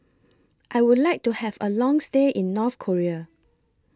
I Would like to Have A Long stay in North Korea